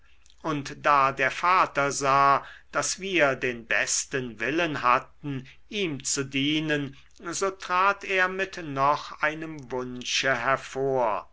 und da der vater sah daß wir den besten willen hatten ihm zu dienen so trat er mit noch einem wunsche hervor